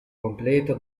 completo